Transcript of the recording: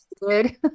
Good